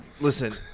listen